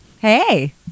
Hey